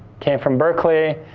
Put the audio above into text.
came from berkeley,